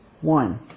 One